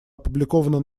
опубликована